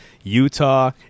Utah